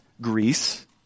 Greece